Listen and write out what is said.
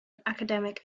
academic